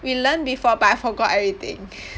we learn before but I forgot everything